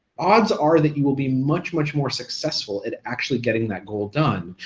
odds are that you will be much much more successful at actually getting that goal done,